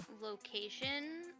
location